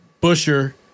Busher